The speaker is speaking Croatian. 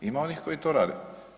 Ima onih koji to rade.